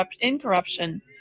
incorruption